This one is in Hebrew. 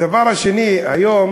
הדבר השני, היום